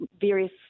various